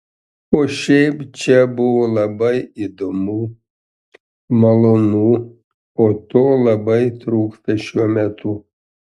o šiaip čia buvo labai įdomu malonu o to labai trūksta šiuo metu